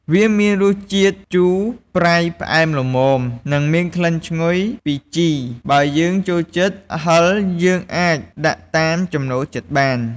វាមានរសជាតិជូរ ប្រៃ ផ្អែមល្មម និងមានក្លិនឈ្ងុយពីជី បើយើងចូលចិត្តហឹរ យើងអាចដាក់តាមចំណូលចិត្តបាន។